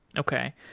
okay.